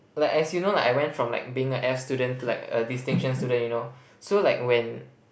like as you know like I went from like being a F student to like a distinction student you know so like when